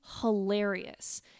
hilarious